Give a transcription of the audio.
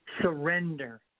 surrender